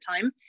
time